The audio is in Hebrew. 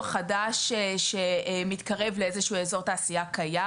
חדש שמתקרב לאיזשהו אזור תעשייה קיים,